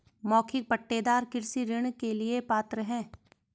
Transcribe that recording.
मौखिक पट्टेदार कृषि ऋण के लिए पात्र हैं